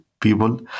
People